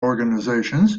organizations